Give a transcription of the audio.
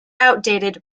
outdated